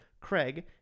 Craig